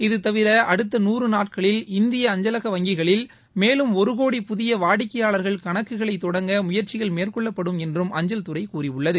இது தவிர அடுத்த நூறு நாட்களில் இந்திய அஞ்சலக வங்கிகளில் மேலும் ஒரு கோடி புதிய வாடிக்கையாளர்கள் கணக்குகளை தொடங்க முயற்சிகள் மேற்கொள்ளப்படுபடும் என்றும் அஞ்சல்துறை கூறியுள்ளது